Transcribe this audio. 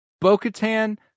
Bo-Katan